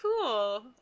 cool